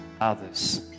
others